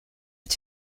est